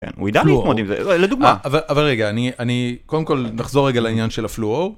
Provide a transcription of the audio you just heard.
הוא ידע להתמודד עם זה. רגע אני אני קודם כל נחזור רגע לעניין של הפלואור